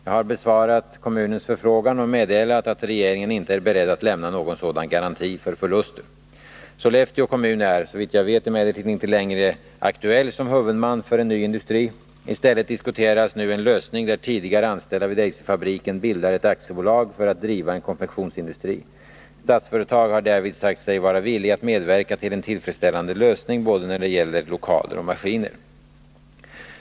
Jag har besvarat kommunens förfrågan och meddelat att regeringen inte är beredd att lämna någon sådan garanti för förluster. Sollefteå kommun är, såvitt jag vet, emellertid inte längre aktuell som huvudman för en ny industri. I stället diskuteras nu en lösning där tidigare anställda vid Eiserfabriken bildar ett aktiebolag för att driva en konfektionsindustri. Statsföretag har därvid sagt sig vara villigt att medverka till en tillfredsställande lösning både när det gäller lokaler och maskiner.